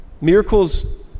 miracles